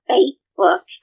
Facebook